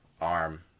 arm